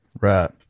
Right